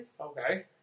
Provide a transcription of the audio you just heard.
Okay